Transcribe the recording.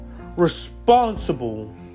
responsible